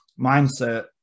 mindset